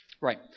Right